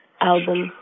album